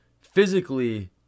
Physically